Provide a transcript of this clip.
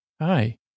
hi